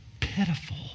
pitiful